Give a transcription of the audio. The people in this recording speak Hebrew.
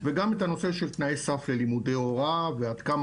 וגם את הנושא של תנאי סף ללימודי הוראה ועד כמה